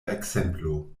ekzemplo